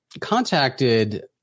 contacted